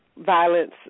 violence